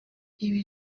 ibi